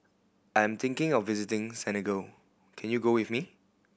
I am thinking of visiting Senegal can you go with me